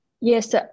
yes